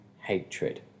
hatred